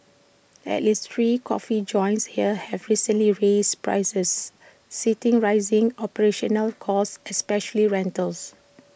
at least three coffee joints here have recently raised prices citing rising operational costs especially rentals